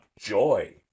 joy